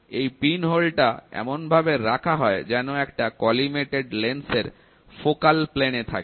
এই পিনহোল টা এমন ভাবে রাখা হয় যেন সেটা কলিমেটেড লেন্সের ফোকাল প্লেনে থাকে